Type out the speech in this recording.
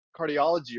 cardiology